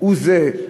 הוא זה,